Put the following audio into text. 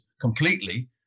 completely